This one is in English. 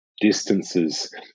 distances